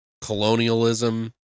colonialism